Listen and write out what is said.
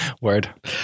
word